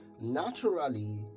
Naturally